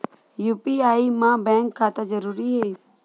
UPI मा bank खाता जरूरी हे?